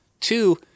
Two